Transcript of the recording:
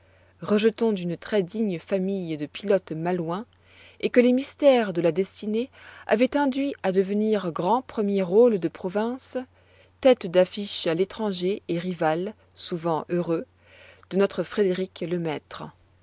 rejeton d'une très digne famille de pilotes malouins et que les mystères de la destinée avaient induit à devenir grand premier rôle de province tête d'affiche à l'étranger et rival souvent heureux de notre frédérick-lemaître